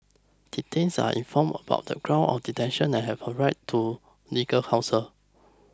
detainees are informed about the grounds of detention and have a right to legal counsel